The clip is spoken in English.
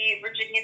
Virginia